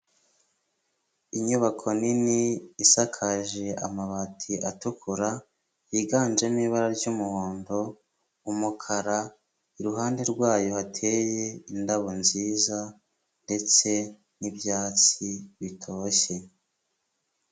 Inyubako nini isakaje amabati atukura yiganjemo ibara ry'umuhondo, umukara, iruhande rwayo hateye indabyo nziza ndetse n'ibyatsi bitoshye.